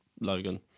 Logan